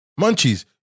Munchies